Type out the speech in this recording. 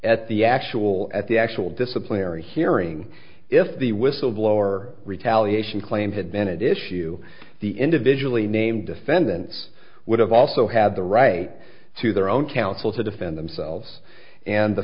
at the actual at the actual disciplinary hearing if the whistleblower retaliation claim had been it issue the individually named defendants would have also had the right to their own counsel to defend themselves and the